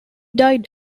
died